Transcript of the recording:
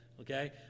okay